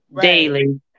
daily